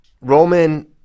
Roman